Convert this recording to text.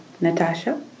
Natasha